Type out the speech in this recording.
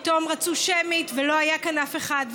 פתאום רצו שמית ולא היה כאן אף אחד,